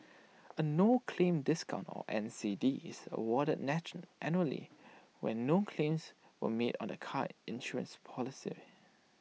A no claim discount or N C D is awarded natural annually when no claims were made on the car insurance policy